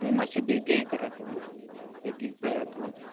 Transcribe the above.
नी मात्शे बेगीन हें करात हां बेगीन पयात हां